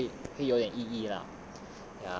做事的时候会有点意义 lah